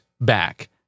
back